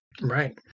Right